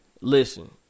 Listen